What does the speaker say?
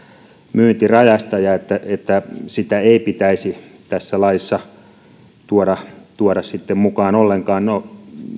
myyntirajasta että että sitä ei pitäisi tässä laissa tuoda tuoda mukaan ollenkaan no